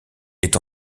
est